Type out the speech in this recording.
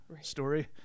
story